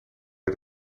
bij